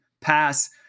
pass